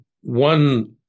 one